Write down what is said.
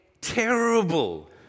terrible